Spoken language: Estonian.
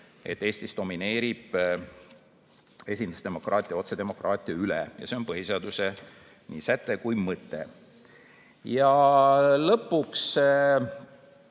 et Eestis domineerib esindusdemokraatia otsedemokraatia üle ja see on põhiseaduse nii säte kui ka mõte. Lõpuks